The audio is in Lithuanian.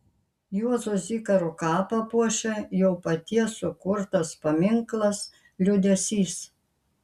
juozo zikaro kapą puošia jo paties sukurtas paminklas liūdesys